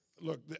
look